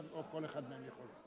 או כל אחד מהם יכול?